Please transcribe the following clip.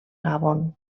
gabon